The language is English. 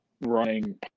running